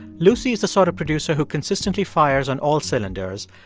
lucy is the sort of producer who consistently fires on all cylinders,